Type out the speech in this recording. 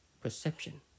perception